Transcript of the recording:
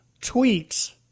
tweets